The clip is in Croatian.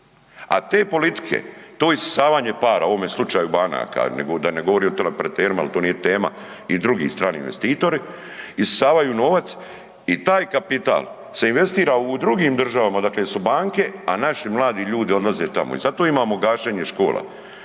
A te politike, to isisavanje para u ovome slučaju banaka, da ne govorim o teleoperaterima jer to nije tema i drugi strani investitori, isisavaju novac i taj kapital se investira u drugim državama odakle su banke, a naši mladi ljudi odlaze tamo. I sada tu imamo gašenje škola,